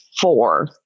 four